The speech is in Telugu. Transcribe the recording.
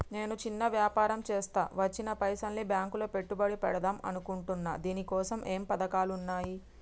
నేను చిన్న వ్యాపారం చేస్తా వచ్చిన పైసల్ని బ్యాంకులో పెట్టుబడి పెడదాం అనుకుంటున్నా దీనికోసం ఏమేం పథకాలు ఉన్నాయ్?